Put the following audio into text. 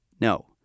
no